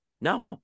No